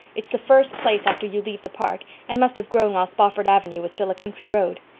it's the first place after you leave the park, and must have grown while spofford avenue was still a country road.